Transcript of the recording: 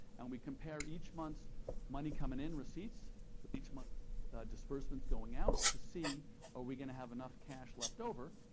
and we compare each month's money coming in, receipts, with each month's disbursements going out to see are we going to have enough cash left over,